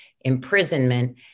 imprisonment